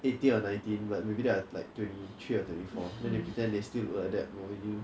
eighteen or nineteen but maybe they are like twenty three or twenty four then they pretend they still look like that more than you do